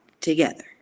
together